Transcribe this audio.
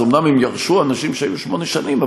אז אומנם הם ירשו אנשים שהיו שמונה שנים,